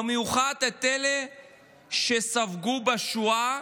במיוחד אלה שספגו בשואה